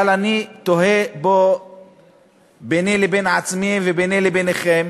אבל אני תוהה ביני לבין עצמי וביני לבינכם